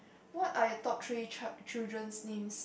what are your top three child children's names